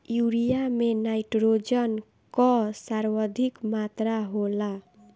urea में nitrogen कअ सर्वाधिक मात्रा होला